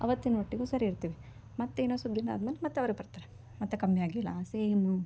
ಅವತ್ತಿನ ಮಟ್ಟಿಗೆ ಸರಿ ಇರ್ತೀರಿ ಮತ್ತೆ ಇನ್ನೊಂದು ಸ್ವಲ್ಪ ದಿನ ಆದ ಮೇಲೆ ಮತ್ತೆ ಅವರೇ ಬರ್ತಾರೆ ಮತ್ತೆ ಕಮ್ಮಿಯಾಗಿಲ್ಲ ಸೇಮ್